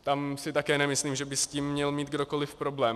Tam si také nemyslím, že by s tím měl mít kdokoliv problém.